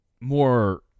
more